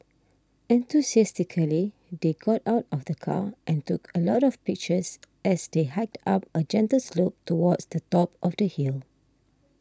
enthusiastically they got out of the car and took a lot of pictures as they hiked up a gentle slope towards the top of the hill